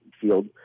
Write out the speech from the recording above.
field